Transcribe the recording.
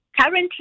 Currently